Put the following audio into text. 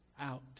out